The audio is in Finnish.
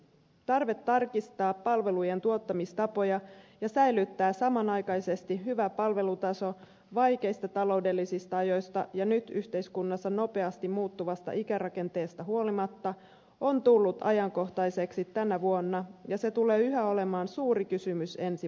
tarve tarkistaa palvelujen tuottamistapoja ja säilyttää samanaikaisesti hyvä palvelutaso vaikeista taloudellisista ajoista ja nyt yhteiskunnassa nopeasti muuttuvasta ikärakenteesta huolimatta on tullut ajankohtaiseksi tänä vuonna ja se tulee yhä olemaan suuri kysymys ensi vuonna